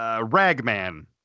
Ragman